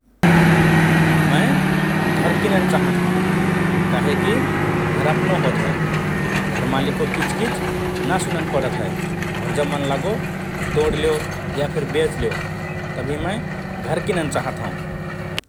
मए घर किनन चाहत हओं । काहेकि घर अपनो होत हए । घर मालिकको किचकिच ना सुनन पडत हए । और जब मन लागो तोड्लेओ या फिर बेचलेओ । तभि मए घर किनन चाहत हओं ।